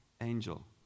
angel